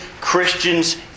Christians